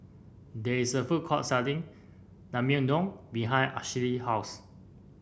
there is a food court selling Naengmyeon behind Ashley house